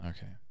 Okay